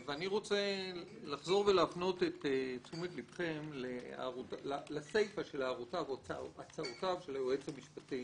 אני רוצה לחזור ולהפנות את תשומת לבכם לסיפה של הצעותיו של היועץ המשפטי